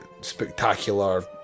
spectacular